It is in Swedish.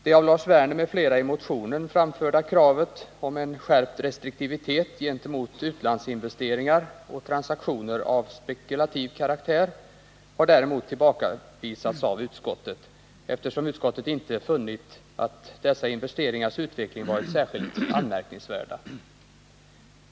Det av Lars Werner m.fl. i motion framförda kravet på skärpt restriktivitet gentemot utlandsinvesteringar och transaktioner av spekulativ karaktär har däremot avvisats av utskottet, eftersom utskottet inte har funnit att utvecklingen av dessa investeringar har varit särskilt anmärkningsvärd.